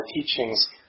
teachings